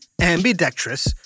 ambidextrous